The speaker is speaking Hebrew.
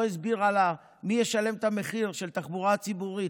הסבירה לה מי ישלם את המחיר של התחבורה הציבורית,